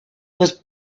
was